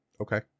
okay